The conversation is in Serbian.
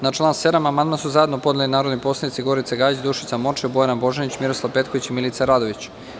Na član 7. amandman su zajedno podneli narodni poslanici Gorica Gajić, Dušica Morčev, Bojana Božanić, Miroslav Petković i Milica Radović.